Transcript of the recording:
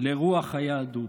לרוח היהדות,